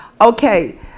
Okay